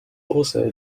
also